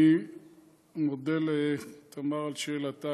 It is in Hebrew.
אני מודה לתמר על שאלתה.